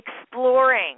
exploring